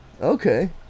Okay